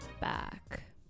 back